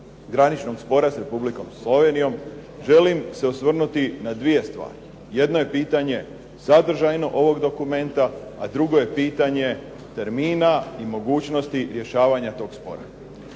graničnog spora sa Republikom Slovenijom želim se osvrnuti na dvije stvari. Jedno je pitanje sadržajno ovog dokumenta, a drugo je pitanje termina i mogućnosti rješavanja tog spora.